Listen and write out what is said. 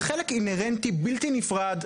הוא חלק אינהרנטי בלתי נפרד,